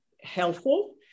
helpful